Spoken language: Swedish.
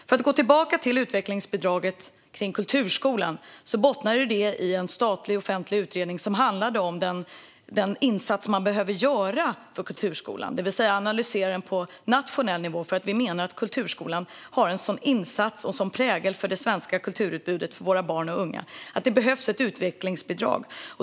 För att gå tillbaka till utvecklingsbidraget till kulturskolan bottnar det i en statlig offentlig utredning som handlar om den insats man behöver göra för kulturskolan, det vill säga analysera den på nationell nivå. Vi menar att kulturskolan har en sådan prägel och gör en sådan insats för det svenska kulturutbudet för våra barn och unga att det behövs ett utvecklingsbidrag.